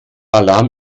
alarm